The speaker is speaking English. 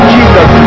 Jesus